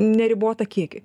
neribotą kiekį